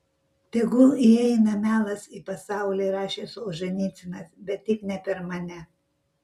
tegul įeina melas į pasaulį rašė solženicynas bet tik ne per mane